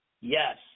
Yes